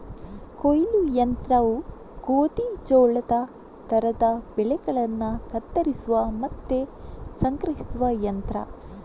ಕೊಯ್ಲು ಯಂತ್ರವು ಗೋಧಿ, ಜೋಳದ ತರದ ಬೆಳೆಗಳನ್ನ ಕತ್ತರಿಸುವ ಮತ್ತೆ ಸಂಗ್ರಹಿಸುವ ಯಂತ್ರ